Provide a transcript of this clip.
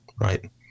right